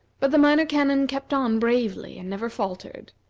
but the minor canon kept on bravely, and never faltered.